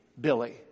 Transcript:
Billy